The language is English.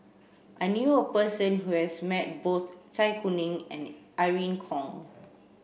I knew a person who has met both Zai Kuning and Irene Khong